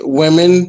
women